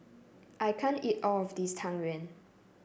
I can't eat all of this Tang Yuen